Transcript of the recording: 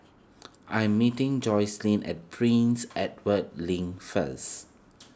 I am meeting Jocelynn at Prince Edward Link first